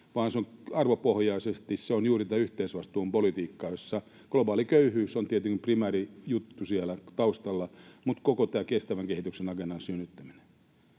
on arvopohjaisesti juuri tätä yhteisvastuun politiikkaa, jossa globaali köyhyys on tietenkin primäärijuttu siellä taustalla, mutta myös koko tämän kestävän kehityksen agendan synnyttäminen.